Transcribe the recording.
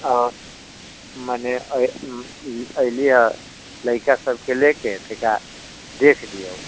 आओर मने अइ अइलिहँ लड़िका सभके लेके तनिका देख दियौ